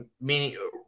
meaning